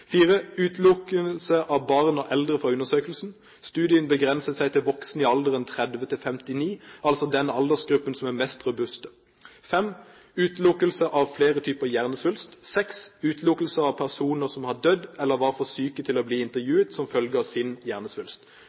Utelukkelse av barn og eldre fra undersøkelsen: Studien begrenset seg til voksne i alderen 30–59 år, altså den aldersgruppen som er mest robust. Utelukkelse av flere typer hjernesvulst. Utelukkelse av personer som hadde dødd, eller som var for syke til å bli intervjuet som følge av sin hjernesvulst.